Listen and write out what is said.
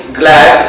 glad